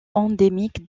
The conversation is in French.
endémique